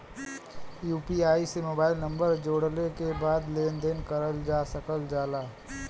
UPI से mobile number जोड़ले के बाद लेन देन करल जा सकल जाला